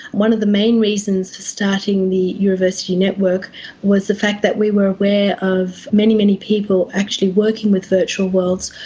one of the main reasons for starting the euroversity network was the fact that we were aware of many, many people actually working with virtual worlds,